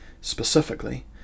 Specifically